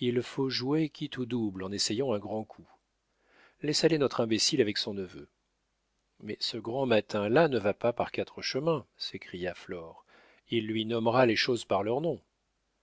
il faut jouer quitte ou double en essayant un grand coup laisse aller notre imbécile avec son neveu mais ce grand mâtin là ne va pas par quatre chemins s'écria flore il lui nommera les choses par leur nom